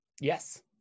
Yes